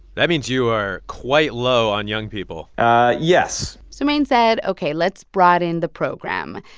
that means you are quite low on young people yes so maine said, ok, let's broaden the program.